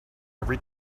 every